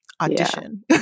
audition